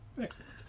excellent